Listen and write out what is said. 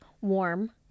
warm